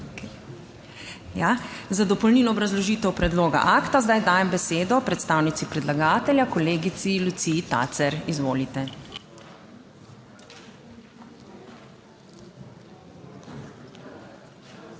za dopolnilno obrazložitev predloga akta zdaj dajem besedo predstavnici predlagatelja, kolegici Luciji Tacer, izvolite.